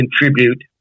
contribute